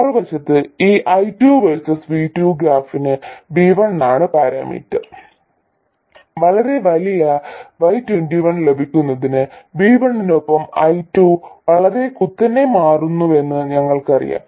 മറുവശത്ത് ഈ I2 versus V2 ഗ്രാഫിന് V1 ആണ് പരാമീറ്റർ വളരെ വലിയ y21 ലഭിക്കുന്നതിന് V1 നൊപ്പം I2 വളരെ കുത്തനെ മാറുന്നുവെന്ന് ഞങ്ങൾക്കറിയാം